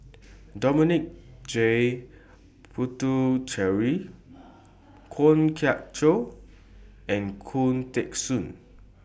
Dominic J Puthucheary Kwok Kian Chow and Khoo Teng Soon